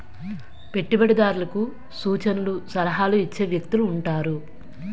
పెట్టుబడిదారులకు సూచనలు సలహాలు ఇచ్చే వ్యక్తులు ఉంటారు